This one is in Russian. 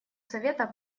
совета